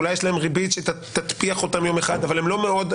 אולי יש להם ריבית שתתפיח אותם יום אחד אבל הם לא פעילים.